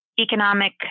economic